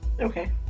Okay